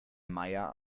meier